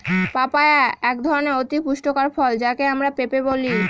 papaya একধরনের অতি পুষ্টিকর ফল যাকে আমরা পেঁপে বলি